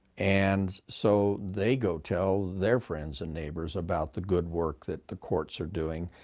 and so they go tell their friends and neighbors about the good work that the courts are doing.